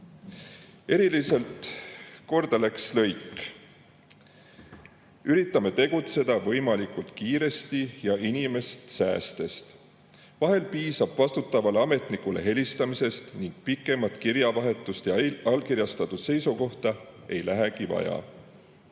Eriliselt korda läks lõik: "Üritame tegutseda võimalikult kiiresti ja inimest säästes. Vahel piisab vastutavale ametnikule helistamisest ning pikemat kirjavahetust ja allkirjastatud seisukohta ei lähegi vaja."